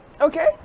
Okay